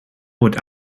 wordt